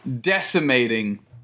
decimating